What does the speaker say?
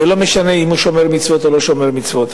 ולא משנה אם הוא שומר מצוות או לא שומר מצוות.